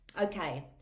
okay